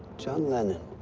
john lennon.